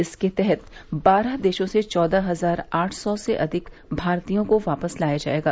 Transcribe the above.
इसके तहत बारह देशों से चौदह हजार आठ सौ से अधिक भारतीयों को वापस लाया जाएगा